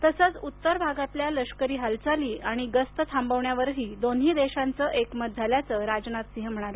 तसंच उत्तर भागातल्या लष्करी हालचाली आणि गस्त थांबवण्यावरही दोन्ही देशांचं एकमत झाल्याचं राजनाथ सिंह म्हणाले